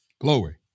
Glory